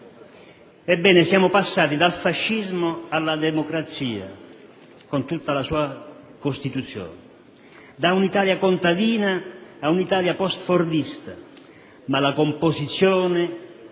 Ebbene, siamo passati dal fascismo alla democrazia con tutta la sua Costituzione, da un'Italia contadina ad un'Italia postfordista, ma la composizione